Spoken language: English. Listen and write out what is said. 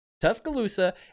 Tuscaloosa